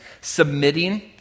submitting